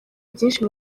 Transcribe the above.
byinshi